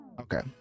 okay